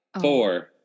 four